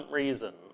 reason